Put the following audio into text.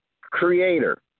creator